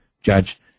judge